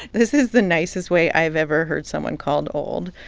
this is the nicest way i've ever heard someone called old.